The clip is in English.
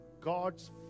God's